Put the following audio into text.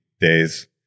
days